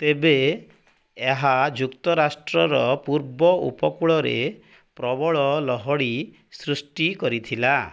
ତେବେ ଏହା ଯୁକ୍ତରାଷ୍ଟ୍ରର ପୂର୍ବ ଉପକୂଳରେ ପ୍ରବଳ ଲହଡ଼ି ସୃଷ୍ଟି କରିଥିଲା